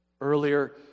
Earlier